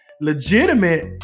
legitimate